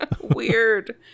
weird